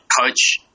coach